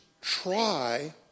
try